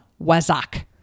Wazak